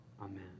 Amen